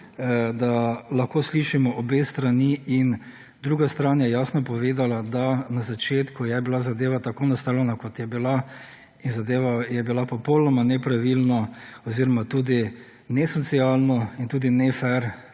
da lahko slišimo obe strani in druga stran je jasno povedala, da na začetku je bila zadeva tako nastavljena kot je bila in zadeva je bila popolnoma nepravilno oziroma tudi nesocialno in tudi nefer